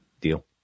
deal